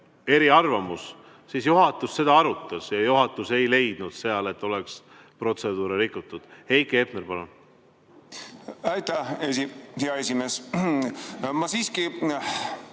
eriarvamus, siis juhatus seda arutas. Ja juhatus ei leidnud, et oleks protseduure rikutud. Heiki Hepner, palun! Aitäh, hea esimees! Ma siiski